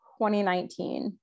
2019